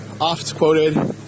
oft-quoted